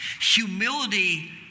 Humility